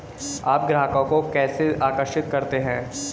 आप ग्राहकों को कैसे आकर्षित करते हैं?